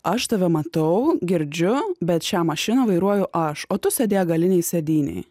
aš tave matau girdžiu bet šią mašiną vairuoju aš o tu sėdėk galinėj sėdynėj